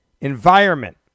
environment